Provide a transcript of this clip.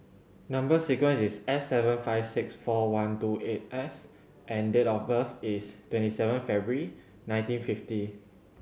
number sequence is S seven five six four one two eight S and date of birth is twenty seven February nineteen fifty